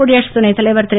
குடியரசுத் துணைத்தலைவர் திரு